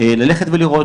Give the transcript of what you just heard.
ללכת ולראות.